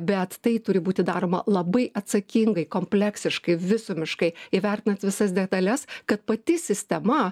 bet tai turi būti daroma labai atsakingai kompleksiškai visumiškai įvertinant visas detales kad pati sistema